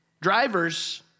Drivers